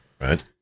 right